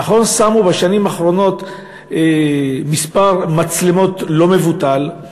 נכון ששמו בשנים האחרונות מספר מצלמות לא מבוטל,